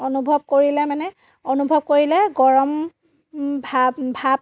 অনুভৱ কৰিলে মানে অনুভৱ কৰিলে গৰম ভাপ ভাপ